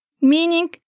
meaning